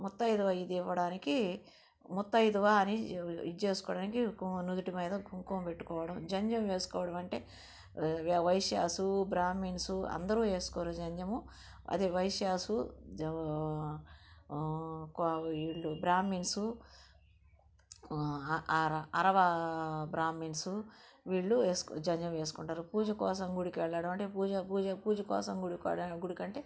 ముత్తైదువ ఇది ఇవ్వడానికి ముత్తైదువ అని ఇది చేసుకోవడానికి నుదుటి మీద కుంకుమ పెట్టుకోవడం జంద్యం వేసుకోవడం అంటే వైశ్యాసు బ్రాహ్మిన్సు అందరూ వేసుకోరు జంజము అదే వైశ్యాసు వీళ్ళు బ్రాహ్మిన్సు అరవ బ్రాహ్మిన్సు వీళ్ళు వేసు జంద్యం వేసుకుంటారు పూజ కోసం గుడికి వెళ్ళడం అంటే పూజ పూజ పూజ కోసం గుడికి గుడికి అంటే